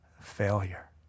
failure